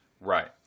Right